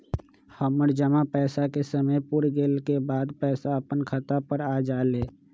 हमर जमा पैसा के समय पुर गेल के बाद पैसा अपने खाता पर आ जाले?